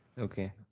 Okay